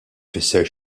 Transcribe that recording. jfisser